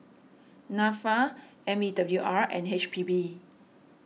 Nafa M E W R and H P B